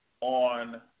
on